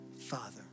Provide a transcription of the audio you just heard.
Father